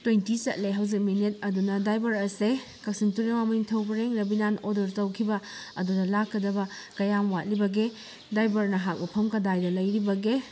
twenty ꯆꯠꯂꯦ ꯍꯧꯖꯤꯛ minute ꯑꯗꯨꯅ ꯗ꯭ꯔꯥꯏꯚꯔ ꯑꯁꯦ ꯀꯛꯆꯤꯡ ꯇꯨꯔꯦꯜ ꯋꯥꯡꯃ ꯅꯤꯡꯊꯧ ꯄꯔꯦꯡ ꯔꯕꯤꯅꯥꯅ ꯑꯣꯔꯗꯔ ꯇꯧꯈꯤꯕ ꯑꯗꯨꯅ ꯂꯥꯛꯀꯗꯕ ꯀꯌꯥꯝ ꯋꯥꯠꯂꯤꯕꯒꯦ ꯗ꯭ꯔꯥꯏꯕꯔ ꯅꯍꯥꯛ ꯃꯐꯝ ꯀꯗꯥꯏꯗ ꯂꯩꯔꯤꯕꯒꯦ